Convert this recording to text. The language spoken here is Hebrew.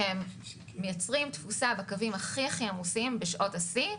שמייצרים תפוסה בקווים הכי עמוסים בשעות השיא,